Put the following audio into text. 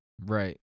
Right